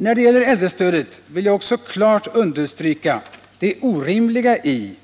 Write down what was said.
När det gäller äldrestödet vill jag också klart understryka det orimliga i